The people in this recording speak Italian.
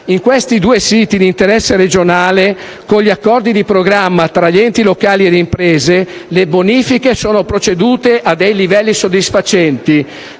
In questi due siti di interesse regionale, con gli accordi di programma tra enti locali e imprese, le bonifiche sono procedute a dei livelli soddisfacenti,